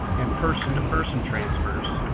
and person-to-person transfers,